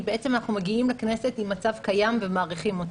כי בעצם אנחנו מגיעים לכנסת עם מצב קיים ומאריכים אותו.